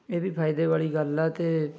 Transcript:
ਇਹਦੀ ਫਾਇਦੇ ਵਾਲੀ ਗੱਲ ਆ ਅਤੇ